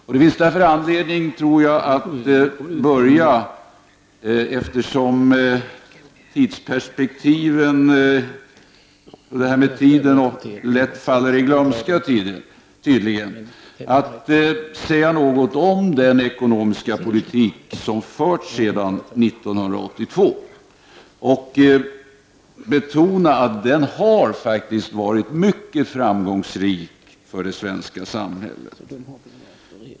Eftersom tidsperspektiven tydligen lätt faller i glömska, tror jag att det finns anledning att börja med att säga något om den ekonomiska politik som förts sedan 1982 och betona att den faktiskt har varit mycket framgångsrik för det svenska samhället.